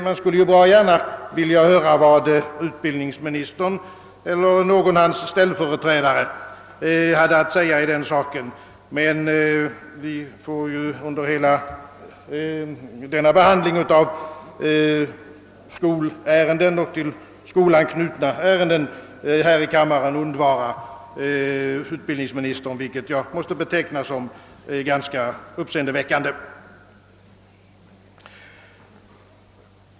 Jag skulle gärna velat höra vad utbildningsministern eller någon av hans ställföreträdare har att säga om detta, men vid behandlingen av dessa skolfrågor och av till skolan knutna ärenden får vi här i kammaren undvara utbildningsministern, vilket jag finner ganska uppseendeväckande.